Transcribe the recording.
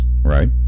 right